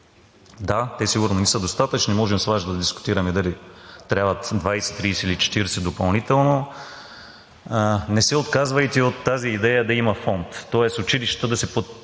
Да, те сигурно не са достатъчни. Можем с Вас да дискутираме дали трябват 20, 30 или 40 допълнително. Не се отказвайте от тази идея да има фонд,